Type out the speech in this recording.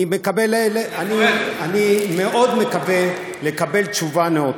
אני מאוד מקווה לקבל תשובה נאותה.